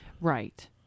right